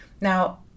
Now